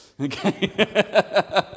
okay